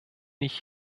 ich